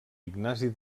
ignasi